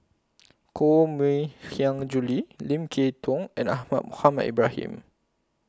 Koh Mui Hiang Julie Lim Kay Tong and Ahmad Mohamed Ibrahim